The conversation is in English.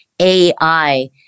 AI